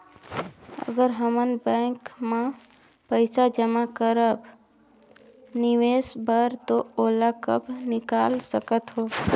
अगर हमन बैंक म पइसा जमा करब निवेश बर तो ओला कब निकाल सकत हो?